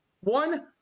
One